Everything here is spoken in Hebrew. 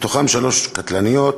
שלוש מהן קטלניות,